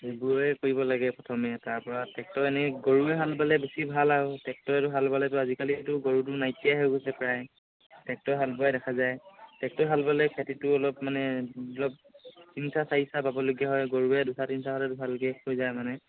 এইবোৰে কৰিব লাগে প্ৰথমে তাৰ পৰা ট্ৰেক্টৰ এনেই গৰুৱে হাল বালে বেছি ভাল আৰু ট্ৰেক্টৰেটো হাল বালেতো আজিকালিতো গৰুটো নাইকিয়াই হৈ গৈছে প্ৰায় ট্ৰেক্টৰ হাল বাই দেখা যায় ট্ৰেক্টৰ হাল বালে খেতিটো অলপ মানে অলপ তিনি চা চাৰি চা বাবলগীয়া হয় গৰুৱে দুটা তিনিটা হালেত ভালকৈ হৈ যায় মানে